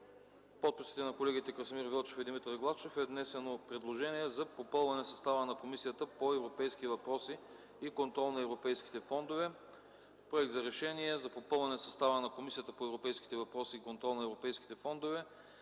подписите на колегите Красимир Велчев и Димитър Главчев е внесено предложение за попълване състава на Комисията по европейските въпроси и контрол на европейските фондове. Представям Ви Проект на: „РЕШЕНИЕ за попълване състава на Комисията по европейските въпроси и контрол на европейските фондове